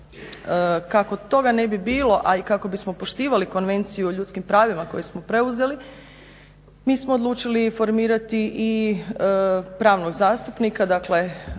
Kako toga ne bi bilo, a i kako bismo poštivali konvenciju o ljudskim pravima koje smo preuzeli, mi smo odlučili formirati i pravnog zastupnika. Dakle,